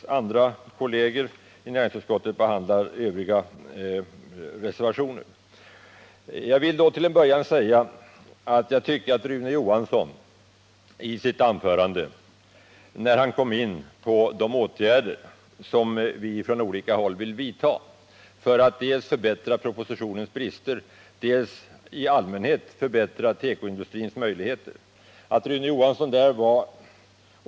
Andra kolleger i näringsutskottet kommer att behandla de övriga reservationerna. Först vill jag säga att jag tycker att Rune Johansson var ovanligt demagogisk när han i sitt anförande kom in på de åtgärder som man på olika håll vill vidta dels för att förbättra propositionen där den brister, dels för att rent allmänt förbättra tekoindustrins möjligheter.